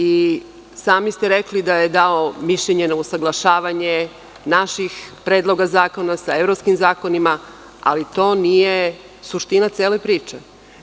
I sami ste rekli da je dao mišljenje na usaglašavanje naših predloga zakona sa evropskim zakonima, ali to nije suština cele priče.